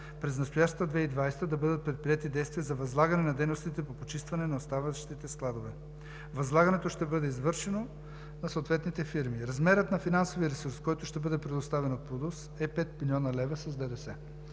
през настоящата 2020 г. да бъдат предприети действия за възлагане на дейностите по почистване на оставащите складове. Възлагането ще бъде извършено на съответните фирми. Размерът на финансовия ресурс, който ще бъде предоставен от ПУДООС е 5 млн. лв. с ДДС.